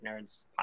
nerds